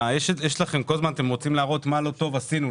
כל הזמן אתם רוצים להראות מה לא טוב עשינו,